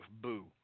boo